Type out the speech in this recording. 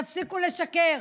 תפסיקו לשקר,